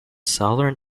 southern